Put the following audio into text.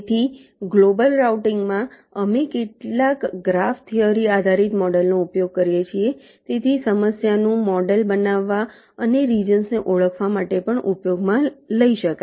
તેથી global routing માં અમે કેટલાક ગ્રાફ થિયરી આધારિત મોડલનો ઉપયોગ કરીએ છીએ જેથી સમસ્યાનું મોડેલ બનાવવા અને રિજન્સ ને ઓળખવા માટે પણ ઉપયોગમાં લઈ શકાય